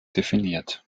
definiert